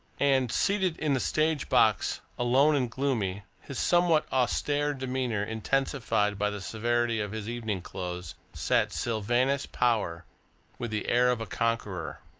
and, seated in the stage box, alone and gloomy, his somewhat austere demeanour intensified by the severity of his evening clothes, sat sylvanus power with the air of a conqueror.